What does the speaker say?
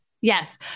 Yes